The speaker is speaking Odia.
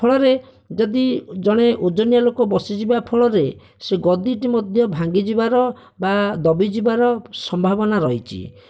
ଫଳରେ ଯଦି ଜଣେ ଓଜନିଆ ଲୋକ ବସିଯିବା ଫଳରେ ସେ ଗଦିଟି ମଧ୍ୟ ଭାଙ୍ଗିଯିବାର ବା ଦବିଯିବାର ସମ୍ଭାବନା ରହିଛି